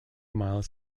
mile